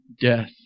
death